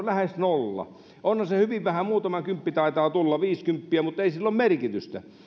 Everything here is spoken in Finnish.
lähes nolla onhan se hyvin vähän muutama kymppi taitaa tulla viisikymppiä mutta ei sillä ole merkitystä